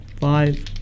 Five